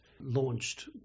launched